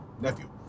nephew